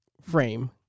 frame